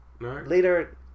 later